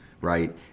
right